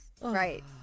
Right